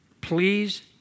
Please